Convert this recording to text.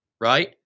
right